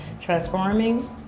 transforming